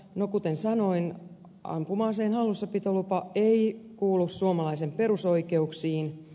no kuten sanoin ampuma aseen hallussapitolupa ei kuulu suomalaisen perusoikeuksiin